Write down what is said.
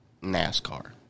NASCAR